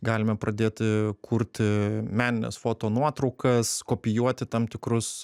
galime pradėti kurti menines fotonuotraukas kopijuoti tam tikrus